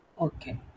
Okay